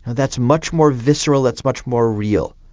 that's much more visceral, that's much more real.